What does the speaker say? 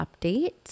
updates